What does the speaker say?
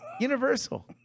Universal